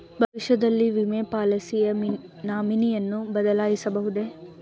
ಭವಿಷ್ಯದಲ್ಲಿ ವಿಮೆ ಪಾಲಿಸಿಯ ನಾಮಿನಿಯನ್ನು ಬದಲಾಯಿಸಬಹುದೇ?